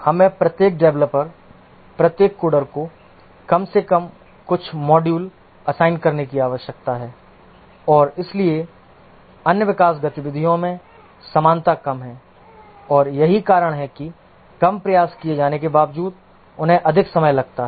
हमें प्रत्येक डेवलपर प्रत्येक कोडर को कम से कम कुछ मॉड्यूल असाइन करने की आवश्यकता है और इसलिए अन्य विकास गतिविधियों में समानता कम है और यही कारण है कि कम प्रयास दिए जाने के बावजूद उन्हें अधिक समय लगता है